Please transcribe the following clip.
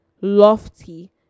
lofty